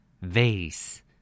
Vase